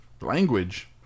language